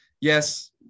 yes